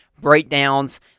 breakdowns